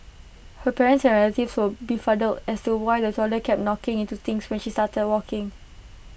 her parents and relatives were befuddled as to why the toddler kept knocking into things when she started walking